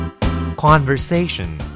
Conversation